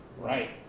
right